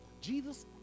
Jesus